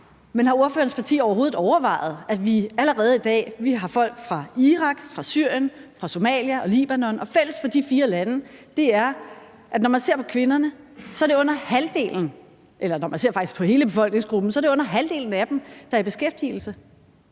Men har ordførerens parti overhovedet tænkt over, at vi allerede i dag har folk fra Irak, fra Syrien, fra Somalia og Libanon, og fælles for de fire lande er, at når man ser på hele befolkningsgruppen, er det under halvdelen af dem, der er i beskæftigelse?